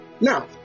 Now